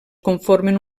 conformen